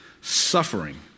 suffering